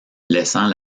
laissant